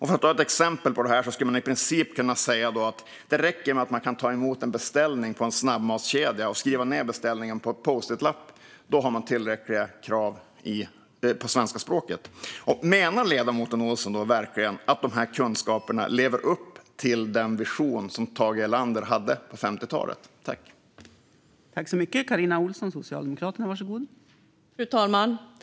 För att ta ett exempel på detta kan det i princip räcka att man kan ta emot en beställning på en snabbmatskedja och skriva ned beställningen på en post it-lapp. Då har man uppfyllt tillräckliga krav på kunskaper i det svenska språket. Menar ledamoten Ohlsson verkligen att dessa kunskaper lever upp till den vision som Tage Erlander hade på 1950-talet?